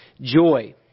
joy